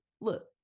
Look